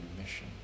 mission